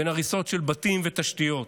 בין הריסות של בתים ותשתיות: